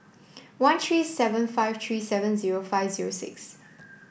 one three seven five three seven zero five zero six